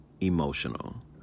emotional